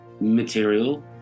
material